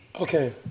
Okay